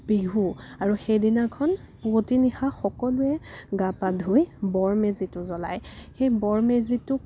বিহু আৰু সেইদিনাখন পুৱতি নিশা সকলোৱে গা পা ধুই বৰ মেজিটো জ্বলায় সেই বৰ মেজিটোক